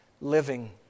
living